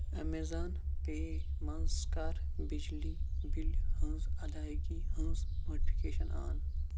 Amazon Pay منٛز کَر بِجلی بِلہِ ہٕنٛز ادٲیگی ہٕنٛز نوٹفکیشن آن